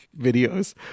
videos